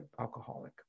alcoholic